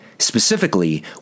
Specifically